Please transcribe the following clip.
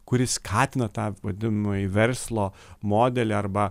kuri skatina tą vadinamąjį verslo modelį arba